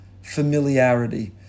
familiarity